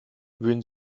würden